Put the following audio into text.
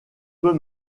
peu